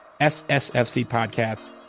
ssfcpodcast